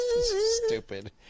stupid